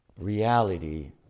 Reality